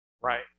Right